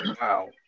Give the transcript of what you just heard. Wow